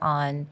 on